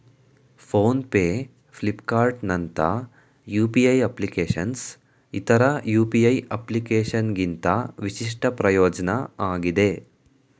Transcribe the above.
phone pay ಫ್ಲಿಪ್ಕಾರ್ಟ್ನಂತ UPI ಅಪ್ಲಿಕೇಶನ್ನ್ ಇತರ ಯು.ಪಿ.ಐ ಅಪ್ಲಿಕೇಶನ್ಗಿಂತ ವಿಶಿಷ್ಟ ಪ್ರಯೋಜ್ನ ಆಗಿದೆ